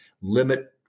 limit